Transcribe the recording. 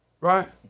Right